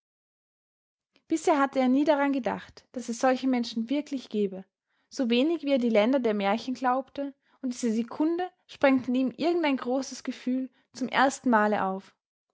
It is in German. bisher hatte er nie daran gedacht daß es solche menschen wirklich gäbe so wenig wie er die länder der märchen glaubte und diese sekunde sprengte in ihm irgendein großes gefühl zum ersten male auf